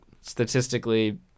statistically